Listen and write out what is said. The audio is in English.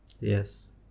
Yes